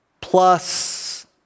plus